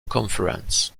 conference